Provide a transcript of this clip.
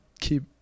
keep